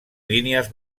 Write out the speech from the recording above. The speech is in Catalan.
línies